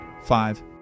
five